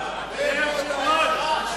הדיון ולא עכשיו.